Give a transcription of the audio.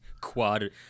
Quad